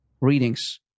readings